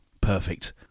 Perfect